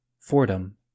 fordham